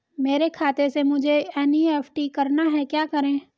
मेरे खाते से मुझे एन.ई.एफ.टी करना है क्या करें?